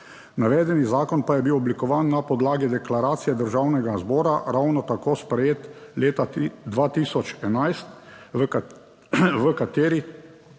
Navedeni zakon pa je bil oblikovan na podlagi deklaracije Državnega zbora ravno tako sprejet leta 2011, v kateri